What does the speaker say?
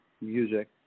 music